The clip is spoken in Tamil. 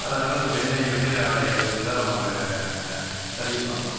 அதனால் அது வெண்ணை வெண்ணிற ஆடை அணிந்துதான் நம்ம அங்கே சர்வீஸ் பண்ணும்